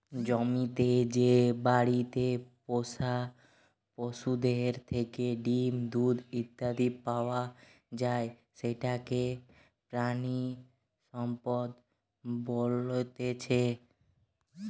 জমিতে যে বাড়িতে পোষা পশুদের থেকে ডিম, দুধ ইত্যাদি পাওয়া যায় সেটাকে প্রাণিসম্পদ বলতেছে